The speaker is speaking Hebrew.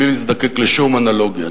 בלי להזדקק לשום אנלוגיה,